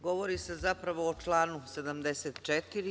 Govori se zapravo o članu 74.